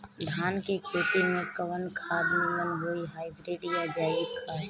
धान के खेती में कवन खाद नीमन होई हाइब्रिड या जैविक खाद?